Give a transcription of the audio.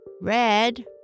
Red